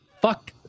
fuck